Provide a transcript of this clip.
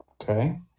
okay